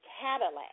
Cadillac